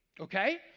okay